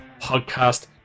podcast